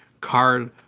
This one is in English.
card